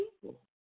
people